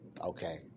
Okay